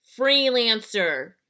Freelancer